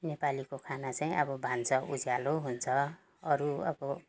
नेपालीको खाना चाहिँ अब भान्सा उज्यालो हुन्छ अरू अब